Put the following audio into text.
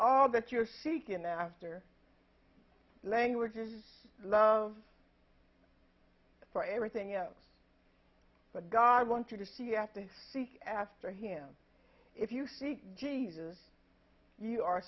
all that you're seeking after language your love for everything else but god wants you to see after they seek after him if you seek jesus you are